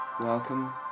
Welcome